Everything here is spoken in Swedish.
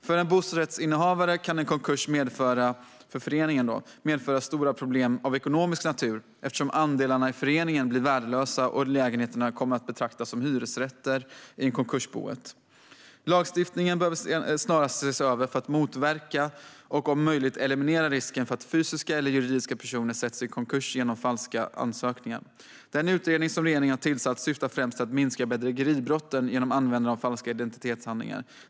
För en bostadsrättsinnehavare kan en konkurs för föreningen medföra stora problem av ekonomisk natur eftersom andelarna i föreningen blir värdelösa och lägenheterna kommer att betraktas som hyresrätter i konkursboet. Lagstiftningen behöver snarast ses över för att vi ska motverka och om möjligt eliminera risken för att fysiska eller juridiska personer försätts i konkurs genom falska ansökningar. Den utredning som regeringen har tillsatt syftar främst till att minska bedrägeribrotten genom användande av falska identitetshandlingar.